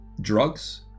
drugs